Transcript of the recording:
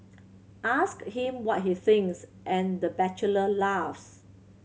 ask him what he thinks and the bachelor laughs